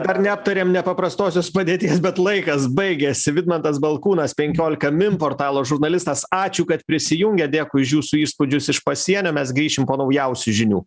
dar neaptarėm nepaprastosios padėties bet laikas baigiasi vidmantas balkūnas penkiolika min portalo žurnalistas ačiū kad prisijungėt dėkui už jūsų įspūdžius iš pasienio mes grįšim po naujausių žinių